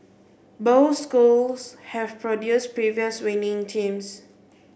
both schools have produced previous winning teams